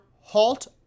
halt